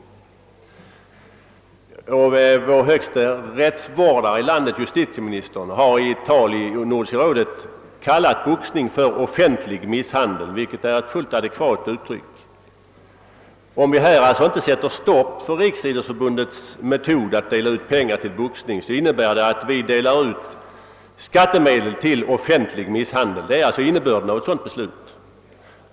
Vår högste rättsvårdare i landet, justitieministern, har också i ett tal vid Nordiska rådets möte kallat boxning för offentlig misshandel, vilket är ett fullt adekvat uttryck. Om vi inte sätter stopp för Riksidrottsförbundets sätt att dela ut pengar till boxning innebär det att vi delar ut skattemedel till offentlig misshandel.